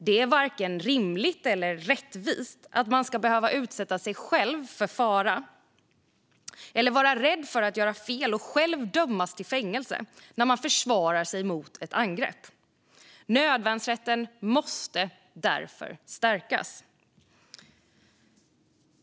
Det är varken rimligt eller rättvist att man ska behöva utsätta sig själv för fara eller vara rädd för att göra fel och själv dömas till fängelse när man försvarar sig mot ett angrepp. Nödvärnsrätten måste därför stärkas.